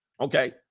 Okay